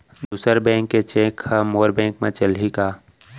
दूसर बैंक के चेक ह मोर बैंक म चलही का?